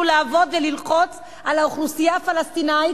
לעבוד וללחוץ על האוכלוסייה הפלסטינית,